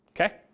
okay